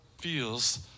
feels